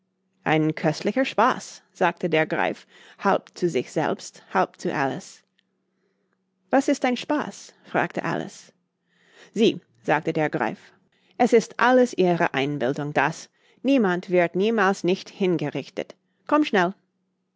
ein köstlicher spaß sagte der greif halb zu sich selbst halb zu alice was ist ein spaß fragte alice sie sagte der greif es ist alles ihre einbildung das niemand wird niemals nicht hingerichtet komm schnell